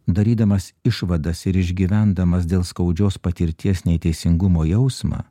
darydamas išvadas ir išgyvendamas dėl skaudžios patirties nei teisingumo jausmą